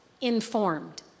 informed